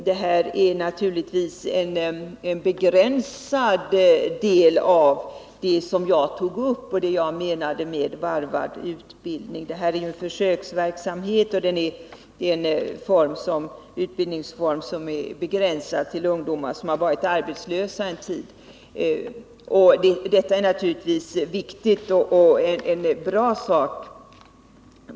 Detta är emellertid endast en begränsad del av det jag avser med varvad utbildning. Denna försöksverksamhet är begränsad till ungdomar som varit arbetslösa en tid. Detta är naturligtvis viktigt och bra.